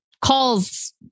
calls